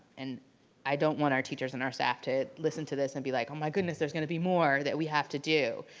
and i don't want our teachers and our staff to listen to this and be like, oh my goodness there's gonna be more that we have to do.